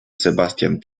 sebastian